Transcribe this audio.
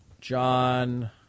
John